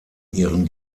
ihren